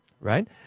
right